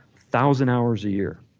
thousand hours a year.